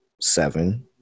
seven